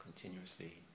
continuously